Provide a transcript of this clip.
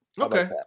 Okay